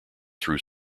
through